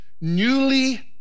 newly